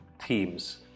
teams